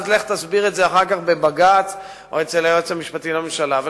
ואז לך תסביר את זה אחר כך בבג"ץ או אצל היועץ המשפטי לממשלה.